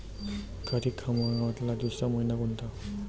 खरीप हंगामातला दुसरा मइना कोनता?